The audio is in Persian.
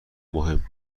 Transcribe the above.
مهم